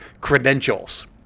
credentials